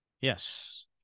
Yes